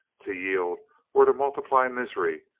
to yield were to multiply misery,